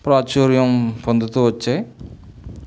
ప్రాచూర్యం పొందుతూ వచ్చాయి